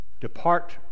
Depart